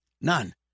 none